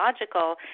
logical